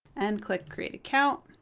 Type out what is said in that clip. and click create account.